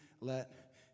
let